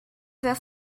für